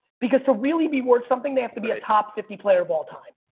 because to really be worth something they have to be a top fifty player of all time.